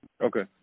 Okay